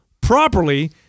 properly